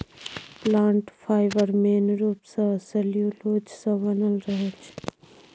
plant fibre मेन रुप सँ सेल्युलोज सँ बनल रहै छै